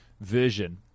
version